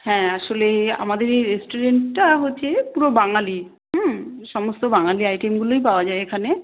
হ্যাঁ আসলে আমাদের এই রেস্টুরেন্টটা হচ্ছে পুরো বাঙালি হুম সমস্ত বাঙালি আইটেমগুলোই পাওয়া যায় এখানে